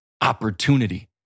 opportunity